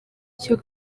cyo